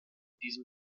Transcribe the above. diesem